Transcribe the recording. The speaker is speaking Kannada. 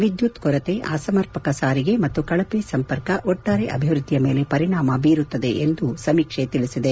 ವಿದ್ಯುತ್ ಕೊರತೆ ಅಸಮರ್ಪಕ ಸಾರಿಗೆ ಮತ್ತು ಕಳಪೆ ಸಂಪರ್ಕ ಒಟ್ಟಾರೆ ಅಭಿವೃದ್ಧಿಯ ಮೇಲೆ ಪರಿಣಾಮ ಬೀರುತ್ತದೆ ಎಂದೂ ಸಮೀಕ್ಷೆ ತಿಳಿಸಿದೆ